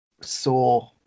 saw